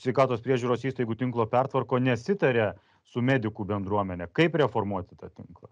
sveikatos priežiūros įstaigų tinklo pertvarko nesitaria su medikų bendruomene kaip reformuoti tą tinklą